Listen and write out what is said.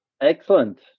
Excellent